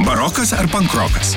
barokas ar pankrokas